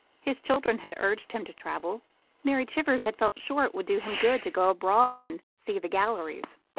his children had urged him to travel mary chivers had felt sure it would do him good to go abroad and see the galleries.